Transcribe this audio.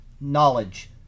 knowledge